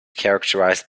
characterized